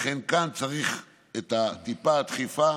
לכן כאן צריך טיפה דחיפה,